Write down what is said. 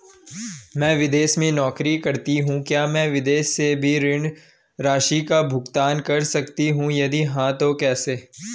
मैं विदेश में नौकरी करतीं हूँ क्या मैं विदेश से भी ऋण राशि का भुगतान कर सकती हूँ यदि हाँ तो कैसे?